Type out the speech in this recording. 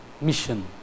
mission